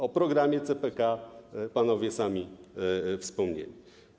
O programie CPK panowie sami wspomnieli.